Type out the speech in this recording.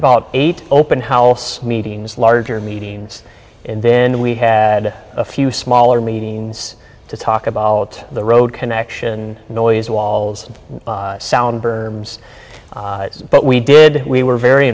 about eight open house meetings larger meetings and then we had a few smaller meetings to talk about the road connection noise walls sound berms but we did we were very